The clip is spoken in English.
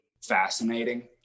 fascinating